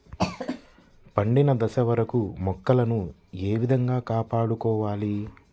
పండిన దశ వరకు మొక్కలను ఏ విధంగా కాపాడుకోవాలి?